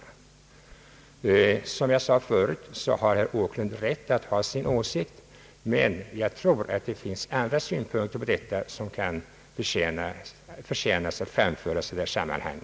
Som jag förut sade har herr Åkerlund rätt att ha sin åsikt, men jag tror att det finns också andra synpunkter som kan vara värda att framföras i detta sammanhang.